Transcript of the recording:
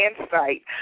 insight